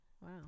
wow